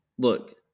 Look